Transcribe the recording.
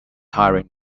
hiring